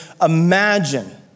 imagine